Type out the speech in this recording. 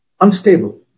Unstable